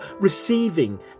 receiving